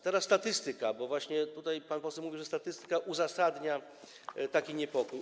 Teraz statystyka, bo właśnie tutaj pan poseł mówił, że statystyka uzasadnia taki niepokój.